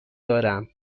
دارم